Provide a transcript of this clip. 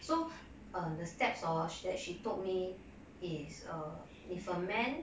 so um the steps hor she that she told me is uh if ferment